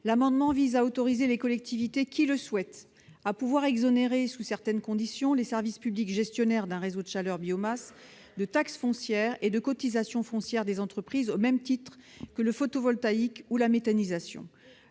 amendement vise à autoriser les collectivités qui le souhaitent à exonérer, sous certaines conditions, les services publics gestionnaires d'un réseau de chaleur biomasse de taxe foncière et de cotisation foncière des entreprises, au même titre que le photovoltaïque et la méthanisation.